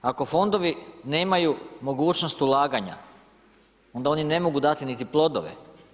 Ako fondovi nemaju mogućnost ulaganja onda oni ne mogu dati niti plodove.